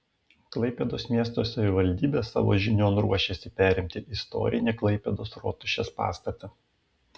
klaipėdos miesto savivaldybė savo žinion ruošiasi perimti istorinį klaipėdos rotušės pastatą